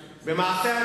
לצעוק.